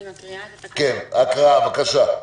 הקראה, בבקשה.